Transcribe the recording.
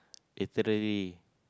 yesterday